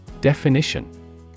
Definition